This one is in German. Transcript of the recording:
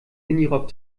minirock